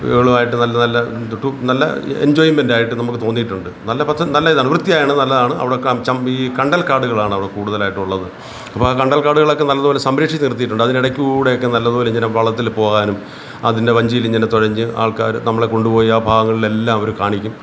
കളുമായിട്ട് നല്ല നല്ല തുട്ട് നല്ല എഞ്ചോയ്മെൻറ് ആയിട്ട് നമുക്ക് തോന്നിയിട്ടുണ്ട് നല്ല പച്ച ഇതാണ് വൃത്തിയാണ് നല്ലതാണ് അവിടെ കം ചം ഈ കണ്ടൽക്കാടുകളാണ് അവിടെ കൂടുതലായിട്ടും ഉള്ളത് അപ്പം ആ കണ്ടൽക്കാടുകൾ ഒക്കെ നല്ലതുപോലെ സംരക്ഷിച്ചു നിർത്തിയിട്ടുണ്ട് അതിനിടയിൽക്കൂടെ ഒക്കെ നല്ലതുപോലെ ഇങ്ങനെ വള്ളത്തിൽ പോകാനും അതിന്റെ വഞ്ചിയിൽ ഇങ്ങനെ തുഴഞ്ഞ് ആൾക്കാറ് നമ്മളെ കൊണ്ടുപോയി ആ ഭാഗങ്ങളിൽ എല്ലാം അവർ കാണിക്കും